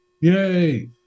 Yay